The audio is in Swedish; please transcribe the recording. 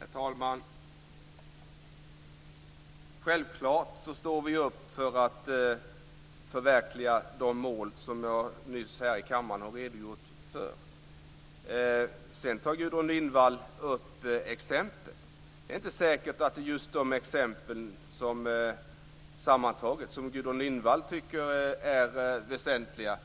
Herr talman! Självklart står vi upp för att förverkliga de mål som jag nyss har redogjort för här i kammaren. Gudrun Lindvall tar upp exempel. Det är inte säkert att vi sammantaget ska använda just de exempel som Gudrun Lindvall tycker är väsentliga